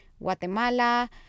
Guatemala